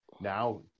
now